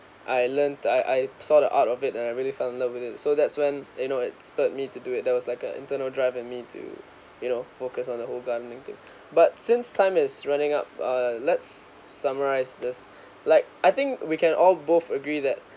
I learnt I I saw the art of it and I really fell in love with it so that's when you know it spurred me to do it there was like a internal drive in me to you know focus on the whole gardening thing but since time is running up uh let's summarise this like I think we can all both agree that